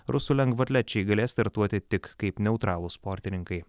rusų lengvaatlečiai galės startuoti tik kaip neutralūs sportininkai